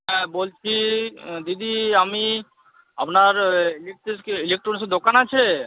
হ্যাঁ বলছি দিদি আমি আপনার ইলেকট্রিক্সে ইলেকট্রনিক্সের দোকান আছে